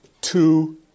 two